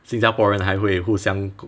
新加坡人还会互相